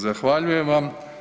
Zahvaljujem vam.